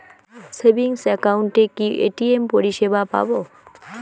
Savings একাউন্টে কি ATM পরিসেবা পাব?